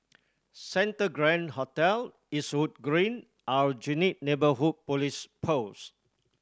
Santa Grand Hotel Eastwood Green Aljunied Neighbourhood Police Post